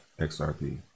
XRP